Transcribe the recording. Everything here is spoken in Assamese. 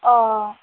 অ